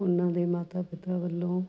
ਉਹਨਾਂ ਦੇ ਮਾਤਾ ਪਿਤਾ ਵੱਲੋਂ